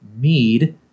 mead